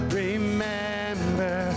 remember